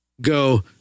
go